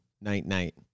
night-night